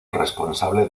responsable